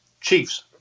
Chiefs